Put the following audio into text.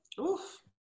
Oof